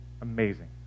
amazing